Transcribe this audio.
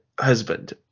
husband